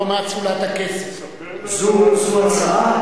זו הצעה,